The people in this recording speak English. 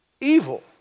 evil